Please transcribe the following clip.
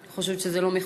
אני חושבת שזה לא לכבודך,